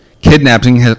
kidnapping